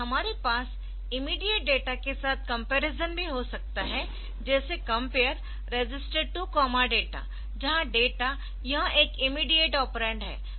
हमारे पास immediate data के साथ कंपैरिजन भी हो सकता है जैसे compare register data Compare register data जहां डेटा यह एक इमीडियेट ऑपरेंड है